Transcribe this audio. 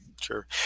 Sure